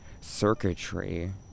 circuitry